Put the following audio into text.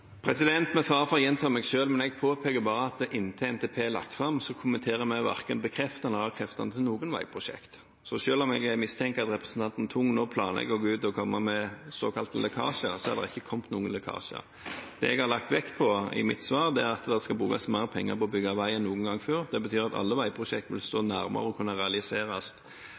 Med fare for å gjenta meg selv påpeker jeg at inntil NTP er lagt fram, kommenterer vi verken bekreftende eller avkreftende til veiprosjekter. Så selv om jeg mistenker at representanten Tung nå planlegger å gå ut og komme med såkalte lekkasjer, er det ikke kommet noen lekkasjer. Det jeg har lagt vekt på i mitt svar, er at det skal brukes mer penger på å bygge vei enn noen gang før. Det betyr at alle veiprosjekter vil stå nærmere å kunne realiseres.